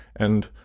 and,